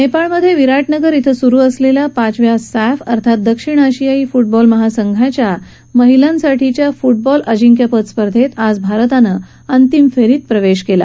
नेपाळमध्ये बिराज़गर खे सुरू असलेल्या पाचव्या सॅफ अर्थात दक्षिण आशियाई फू बिॉल महासंघाच्या महिलांच्या फू डॉल अजिंक्यपद स्पर्धेत आज भारतानं अंतिम फेरीत प्रवेश केला